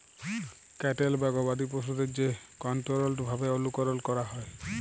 cattle বা গবাদি পশুদের যে কনটোরোলড ভাবে অনুকরল ক্যরা হয়